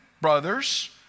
brothers